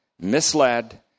misled